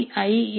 iisctagmail